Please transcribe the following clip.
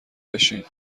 بشین